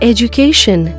Education